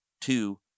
two